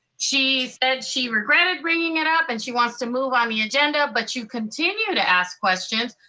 she said she regretted bringing it up, and she wants to move on the agenda, but you continue to ask questions.